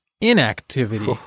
inactivity